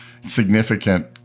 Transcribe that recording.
significant